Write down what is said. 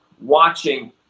watching